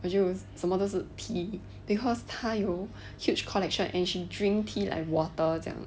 我就什么都是 tea because 他有 huge collection and she drink tea like water 这样